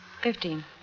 Fifteen